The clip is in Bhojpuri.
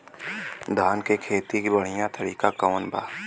धान के खेती के बढ़ियां तरीका कवन बा?